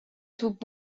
توپ